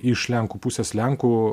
iš lenkų pusės lenkų